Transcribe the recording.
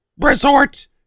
resort